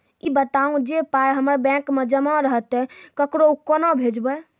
ई बताऊ जे पाय हमर बैंक मे जमा रहतै तऽ ककरो कूना भेजबै?